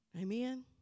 Amen